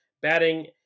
Batting